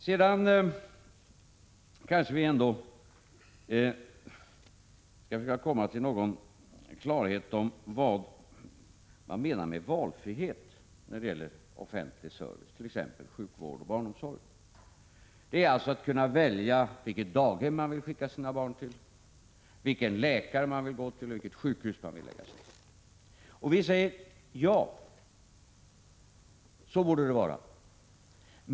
Vi skall ändå försöka komma till klarhet om vad man menar med valfrihet vad gäller offentlig service, t.ex. sjukvård och barnomsorg. Det är att kunna välja till vilket daghem man vill skicka sina barn, vilken läkare eller vilket sjukhus man vill gå till. Vi säger: Ja, så borde det vara.